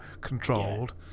controlled